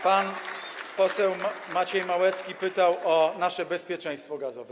Pan poseł Maciej Małecki pytał o nasze bezpieczeństwo gazowe.